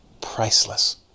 Priceless